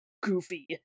goofy